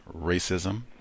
racism